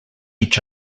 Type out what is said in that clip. each